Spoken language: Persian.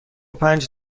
پنج